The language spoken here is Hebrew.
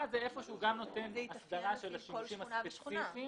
זה נותן הסדרה של השימושים הספציפיים